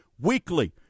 weekly